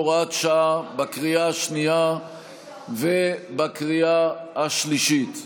הוראת שעה) בקריאה השנייה ובקריאה השלישית.